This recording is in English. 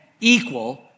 equal